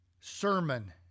sermon